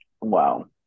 Wow